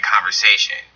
conversation